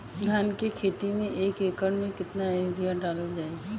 धान के खेती में एक एकड़ में केतना यूरिया डालल जाई?